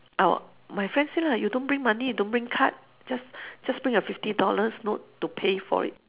oh my friend say lah you don't bring money you don't bring card just just bring a fifty dollars note to pay for it